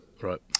Right